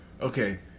Okay